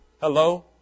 Hello